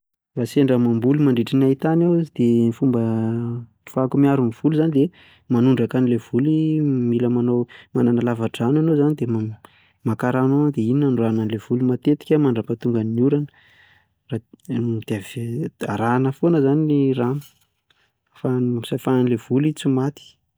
Raha sendra mamboly mandritra ny hain-tany aho dia ny fomba ahafahako miaro ny voly izany dia manondraka an'ilay voly, mila manao manana lava-drano enao izany dia maka rano ao dia iny no anondrahana an'ilay voly matetika mandra pahatongan'ny orana, dia, arahana foana izany ilay rano ahafahan'ilay voly tsy maty.